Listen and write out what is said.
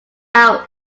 out